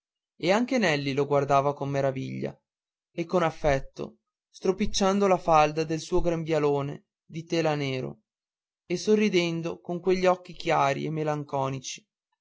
e anche nelli lo guardava con meraviglia e con affetto stropicciando la falda del suo grembialone di tela nero e sorridendo con quegli occhi chiari e melanconici